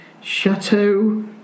Chateau